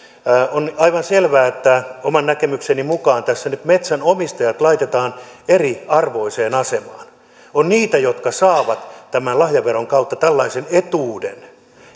on aivan selvää oman näkemykseni mukaan että tässä nyt metsänomistajat laitetaan eriarvoiseen asemaan on niitä jotka saavat tämän lahjaveron kautta tällaisen etuuden